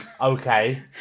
Okay